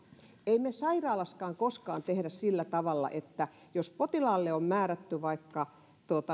ei sairaalassakaan koskaan tehdä sillä tavalla että jos potilaalle on määrätty vaikka